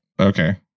Okay